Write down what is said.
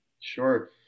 Sure